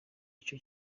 ico